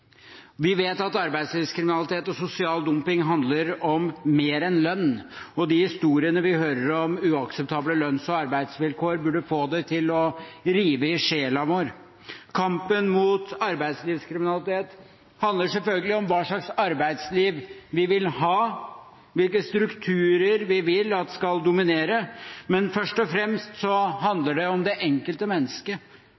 Vi vet at arbeidslivskriminalitet og sosial dumping handler om mer enn lønn, og de historiene vi hører om uakseptable lønns- og arbeidsvilkår, burde få det til å rive i sjela vår. Kampen mot arbeidslivskriminalitet handler selvfølgelig om hva slags arbeidsliv vi vil ha, hvilke strukturer vi vil at skal dominere, men først og fremst